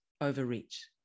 overreach